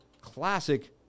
Classic